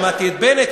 שמעתי את בנט.